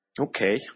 Okay